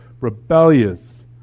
rebellious